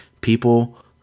people